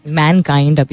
mankind